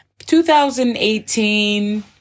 2018